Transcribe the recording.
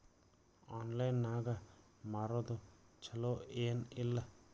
Online ನಾಗ್ ಮಾರೋದು ಛಲೋ ಏನ್ ಇಲ್ಲ?